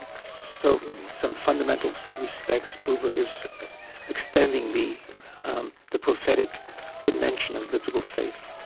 and so in some fundamental respects buber is extending the um the prophetic dimension of biblical faith.